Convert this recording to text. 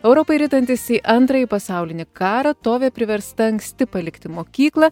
europai ritantis į antrąjį pasaulinį karą tovė priversta anksti palikti mokyklą